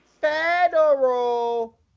federal